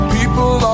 People